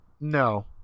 no